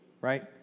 right